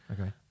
Okay